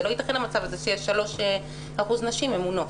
זה לא יתכן המצב הזה שיש 3% נשים ממונות.